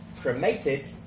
cremated